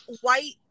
white